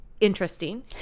interesting